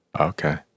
Okay